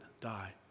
die